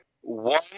one